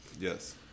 Yes